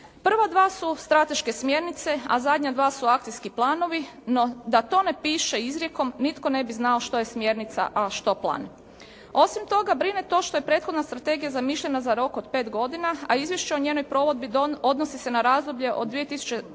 Prva dva su strateške smjernice, a zadnja dva su akcijski planovi da to ne piše izrijekom nitko ne bi znao što je smjernica a što plan. Osim toga brine to što je prethodna strategija zamišljena za rok od 5 godina a izvješće o njenoj provedbi odnosi se na razdoblje od 2000.